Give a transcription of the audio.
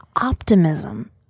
optimism